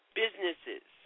businesses